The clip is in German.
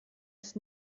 ist